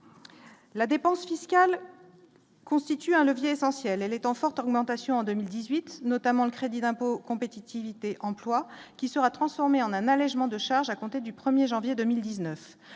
La dépense fiscale constitue un levier essentiel, elle est en forte augmentation en 2018, notamment le crédit d'impôt, compétitivité, emploi, qui sera transformé en un allégement de charges à compter du 1er janvier 2019,